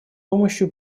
помощью